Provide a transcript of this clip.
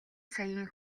саяын